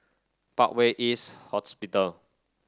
Parkway East Hospital